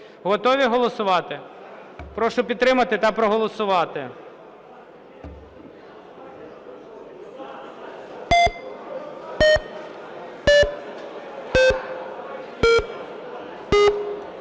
Готові голосувати? Прошу підтримати та проголосувати.